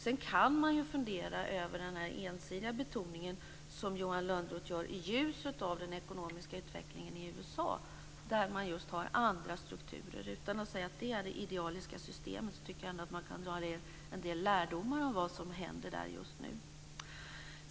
Sedan kan man ju fundera över den ensidiga betoning som Johan Lönnroth gör i ljuset av den ekonomiska utvecklingen i USA, där man just har andra strukturer. Utan att säga att detta är det idealiska systemet, tycker jag ändå att man kan dra en del lärdomar av vad som händer där just nu.